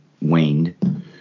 waned